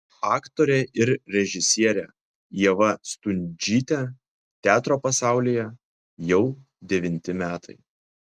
aktorė ir režisierė ieva stundžytė teatro pasaulyje jau devinti metai